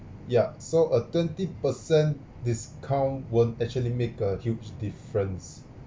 yup so a twenty percent discount won't actually make a huge difference